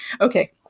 Okay